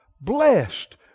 blessed